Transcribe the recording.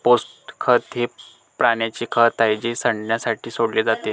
compost खत हे प्राण्यांचे खत आहे जे सडण्यासाठी सोडले जाते